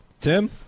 tim